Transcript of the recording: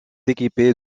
équipés